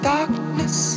Darkness